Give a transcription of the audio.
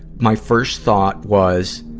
my first thought was,